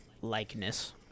likeness